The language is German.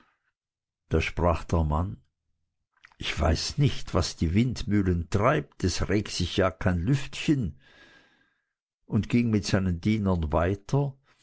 da sprach der mann ich weiß nicht was die windmühle treibt es regt sich ja kein lüftchen und ging mit seinen dienern weiter